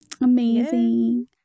Amazing